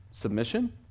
Submission